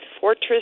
fortress